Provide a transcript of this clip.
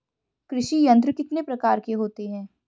कृषि यंत्र कितने प्रकार के होते हैं?